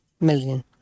million